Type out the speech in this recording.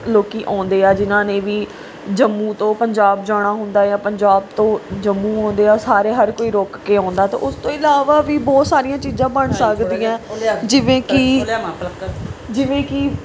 ਲੋਕ ਆਉਂਦੇ ਜਿਨ੍ਹਾਂ ਨੇ ਵੀ ਜੰਮੂ ਤੋਂ ਪੰਜਾਬ ਜਾਣਾ ਹੁੰਦਾ ਜਾਂ ਪੰਜਾਬ ਤੋਂ ਜੰਮੂ ਆਉਂਦੇ ਹੈ ਸਾਰੇ ਹਰ ਕੋਈ ਰੁਕ ਕੇ ਆਉਂਦਾ ਤਾਂ ਉਸ ਤੋਂ ਇਲਾਵਾ ਵੀ ਬਹੁਤ ਸਾਰੀਆਂ ਚੀਜ਼ਾਂ ਬਣ ਸਕਦੀਆਂ ਹੈ ਜਿਵੇਂ ਕਿ ਜਿਵੇਂ ਕਿ